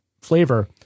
flavor